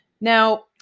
Now